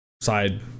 side